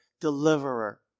Deliverer